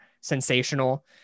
sensational